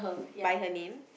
by her name